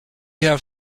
have